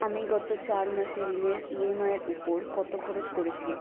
আমি গত চার মাসে ঋণের ইএমআইয়ের উপর কত খরচ করেছি